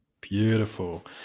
beautiful